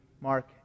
Mark